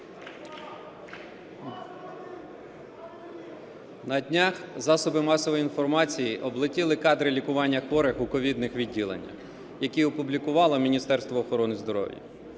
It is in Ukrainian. На днях засоби масової інформації облетіли кадри лікування хворих у ковідних відділеннях, які опублікувало Міністерство охорони здоров'я.